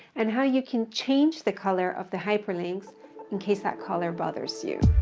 and how you can change the color of the hyperlinks in case that color bothers you.